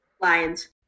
Lions